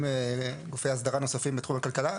גופי הסדרה נוספים בתחום הכלכלה.